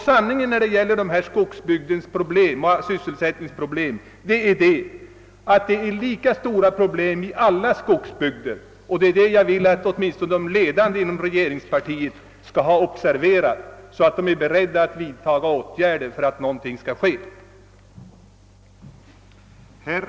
Sanningen är alltså att problemen är stora i alla skogsbygder, och jag vill att åtminstone de ledande inom regeringspartiet skall observera detta så att de är beredda att vidta erforderliga åtgärder.